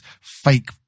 fake